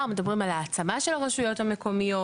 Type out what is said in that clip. מדברים על העצמה של הרשויות המקומיות,